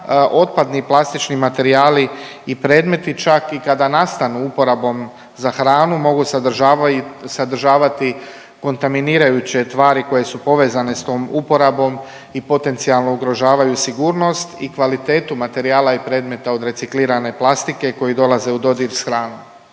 Otpadni plastični materijali i predmeti čak i kada nastanu uporabom za hranu mogu sadržavati kontaminirajuće tvari koje su povezane s tom uporabom i potencijalno ugrožavaju sigurnost i kvalitetu materijala i predmeta od reciklirane plastike koji dolaze u dodir s hranom.